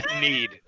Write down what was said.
need